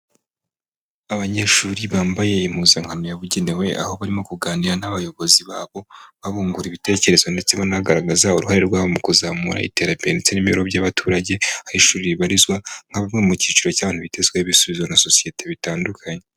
Abanyeshuri bambaye impuzankano yabugenewe, aho barimo kuganira n'abayobozi babo babungura ibitekerezo ndetse banagaragaza uruhare rwabo mu kuzamura iterambere ndetse n'imibereho by'abaturage aho ishuri ribarizwa, nk'abamwe mu cyiciro cy'abitezweho ibisubizo na sosiyete bitandukanye.